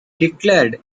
declared